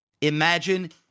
Imagine